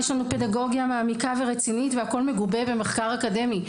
יש לנו פדגוגיה מעמיקה ורצינית והכול מגובה במחקר אקדמי.